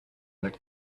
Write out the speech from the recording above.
that